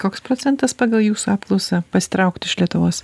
koks procentas pagal jūsų apklausą pasitrauktų iš lietuvos